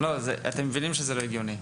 אתם מבינים שזה לא הגיוני?